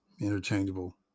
interchangeable